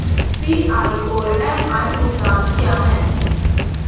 PI और MI भुगतान क्या हैं?